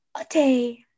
okay